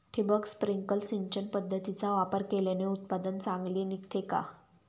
ठिबक, स्प्रिंकल सिंचन पद्धतीचा वापर केल्याने उत्पादन चांगले निघते का?